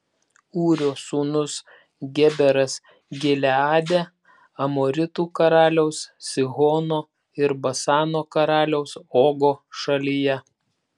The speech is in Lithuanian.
ūrio sūnus geberas gileade amoritų karaliaus sihono ir basano karaliaus ogo šalyje